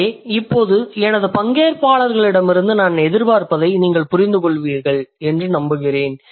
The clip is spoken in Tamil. எனவே இப்போது எனது பங்கேற்பாளர்களிடமிருந்து நான் எதிர்பார்ப்பதை நீங்கள் புரிந்துகொள்வீர்கள் என்று நம்புகிறேன்